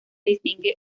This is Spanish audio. distingue